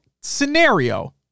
scenario